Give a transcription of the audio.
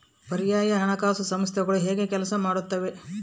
ಪರ್ಯಾಯ ಹಣಕಾಸು ಸಂಸ್ಥೆಗಳು ಹೇಗೆ ಕೆಲಸ ಮಾಡುತ್ತವೆ?